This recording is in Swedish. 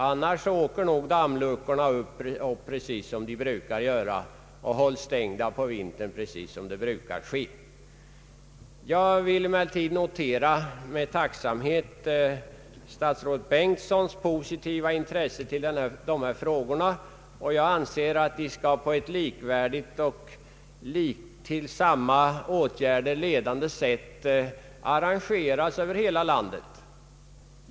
Annars åker säkert dammluckorna upp precis som de brukar göra och hålls stängda på vintern precis som brukar ske. Jag vill emellertid med tacksamhet notera statsrådet Bengtssons positiva intresse för dessa frågor. Jag anser att åtgärder för att undvika förluster i samband med översvämningar skall sättas in på ett likvärdigt sätt över hela landet.